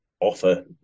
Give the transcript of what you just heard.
offer